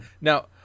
Now